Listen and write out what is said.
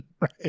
Right